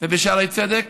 ובשערי צדק: